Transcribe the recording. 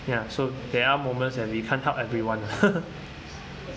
ya so there are moments that we can't help everyone lah